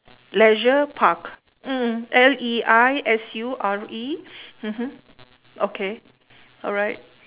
leisure park mm L E I S U R E mmhmm okay alright